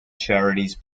charities